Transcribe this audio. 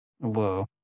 whoa